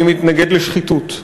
אני מתנגד לשחיתות.